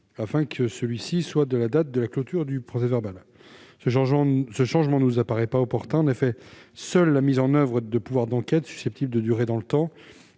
afin que celui-ci soit la date de clôture du procès-verbal. Ce changement ne nous paraît pas opportun. En effet, seule la mise en oeuvre de pouvoirs d'enquête, susceptibles de durer dans le temps,